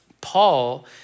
Paul